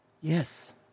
Yes